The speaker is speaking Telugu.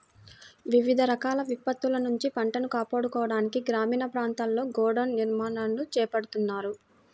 వివిధ రకాల విపత్తుల నుంచి పంటను కాపాడుకోవడానికి గ్రామీణ ప్రాంతాల్లో గోడౌన్ల నిర్మాణాలను చేపడుతున్నారు